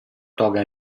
toga